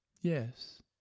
Yes